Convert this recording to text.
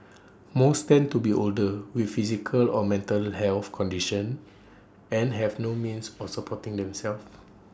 most tend to be older with physical or mental health conditions and have no means of supporting themselves